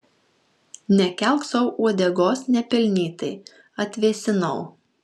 nekelk sau uodegos nepelnytai atvėsinau